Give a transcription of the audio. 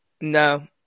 No